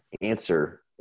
answer